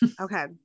Okay